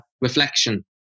reflection